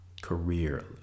career